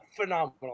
Phenomenal